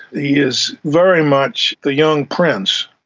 he is very much the young prince.